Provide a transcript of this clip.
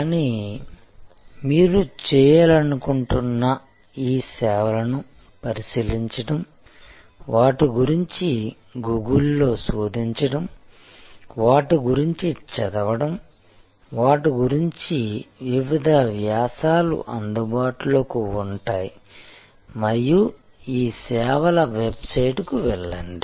కానీ మీరు చేయాలనుకుంటున్న ఈ సేవలను పరిశీలించడం వాటి గురించి గూగుల్ లో శోధించడం వాటి గురించి చదవడం వాటి గురించి వివిధ వ్యాసాలు అందుబాటులో ఉంటాయి మరియు ఈ సేవల వెబ్సైట్కు వెళ్లండి